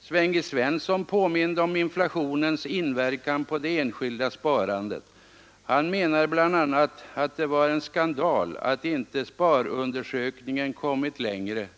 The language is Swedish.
Sven G. Svensson påminde om inflationens inverkan på det enskilda sparandet. Han menade att det var en skandal att inte sparundersökningen t.ex. kommit längre.